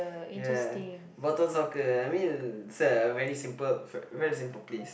ya bottle soccer I mean it's a very simple f~ very simple place